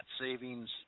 savings